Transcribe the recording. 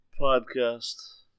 podcast